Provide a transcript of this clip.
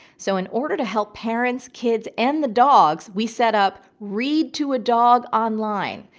so in order to help parents, kids, and the dogs, we set up read to a dog online.